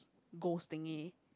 ghost thingy